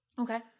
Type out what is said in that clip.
Okay